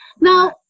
now